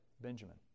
Benjamin